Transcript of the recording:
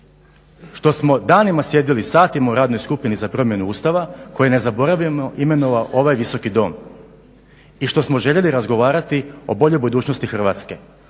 što smo danima sjedili, satima u Radnoj skupini za promjenu Ustava koji je, ne zaboravimo, imenovao ovaj Visoki dom i što smo željeli razgovarati o boljoj budućnosti Hrvatske,